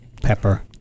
Pepper